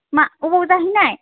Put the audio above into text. मा अबाव जाहैनाय